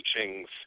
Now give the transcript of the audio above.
teachings